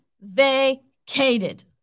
vacated